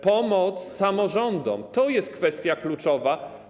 Pomoc samorządom - to jest kwestia kluczowa.